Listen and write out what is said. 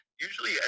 usually –